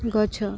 ଗଛ